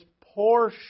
poor